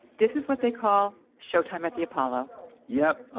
this is what they call showtime at the apollo yep. ah